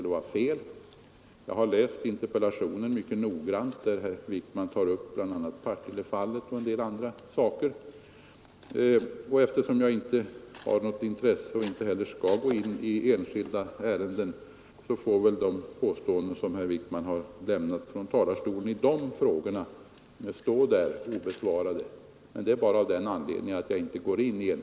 Jag har mycket noggrant läst interpellationen, där herr Wijkman tar upp Partillefallet och en del andra fall, och eftersom jag inte har något intresse av att — och inte skall — gå in i enskilda ärenden får de påståenden som herr Wijkman har gjort från talarstolen i de frågorna stå obesvarade.